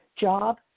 job